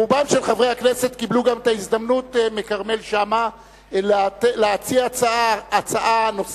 רובם של חברי הכנסת קיבלו גם את ההזדמנות מכרמל שאמה להציע הצעה נוספת,